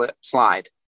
slide